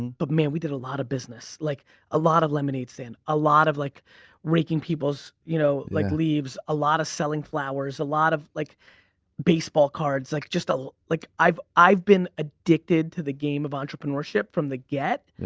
but man we did a lot of business, like a lot of lemonade stands, a lot of like raking peoples you know like leaves, a lot of selling flowers, a lot of like baseball cards, like just a lot. like i've i've been addicted to the game of entrepreneurship the get.